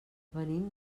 venim